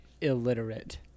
illiterate